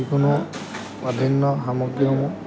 যিকোনো সামগ্ৰীসমূহ